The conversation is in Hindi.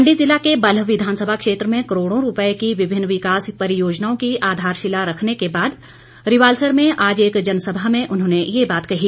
मण्डी जिला के बल्ह विधानसभा क्षेत्र में करोड़ों रूपए की विभिन्न विकास परियोजनाओं की आधारशिला रखने के बाद रिवालसर में आज एक जनसभा में उन्होंने ये बात कही